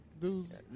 dude's